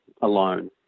alone